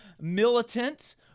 militant